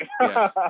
Yes